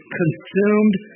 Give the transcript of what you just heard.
consumed